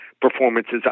performances